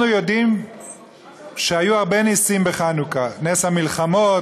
אנחנו יודעים שהיו הרבה נסים בחנוכה: נס המלחמות,